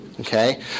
Okay